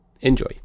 Enjoy